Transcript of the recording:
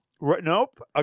Nope